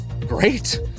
Great